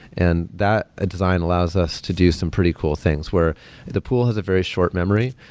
and that ah design allows us to do some pretty cool things, where the pool has a very short memory,